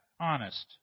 honest